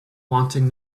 wanting